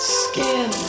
skin